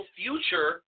future